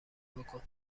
بکن